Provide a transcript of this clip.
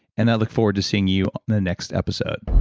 and i look forward to seeing you on the next episode